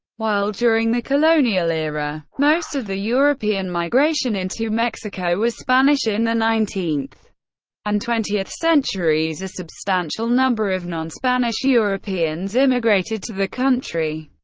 while during the colonial era, most of the european migration into mexico was spanish, in the nineteenth and twentieth centuries a substantial number of non-spanish europeans immigrated to the country.